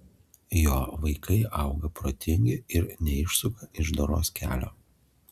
jo vaikai auga protingi ir neišsuka iš doros kelio